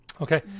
Okay